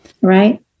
right